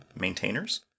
maintainers